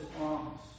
promise